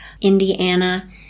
Indiana